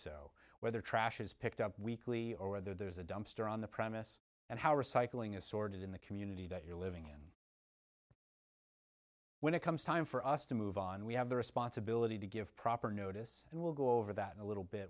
so whether trash is picked up weekly or whether there's a dumpster on the premise and how recycling is sorted in the community that you're living in when it comes time for us to move on we have the responsibility to give proper notice and we'll go over that a little bit